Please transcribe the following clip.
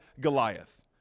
Goliath